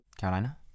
Carolina